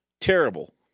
Terrible